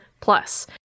plus